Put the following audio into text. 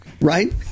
right